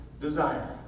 desire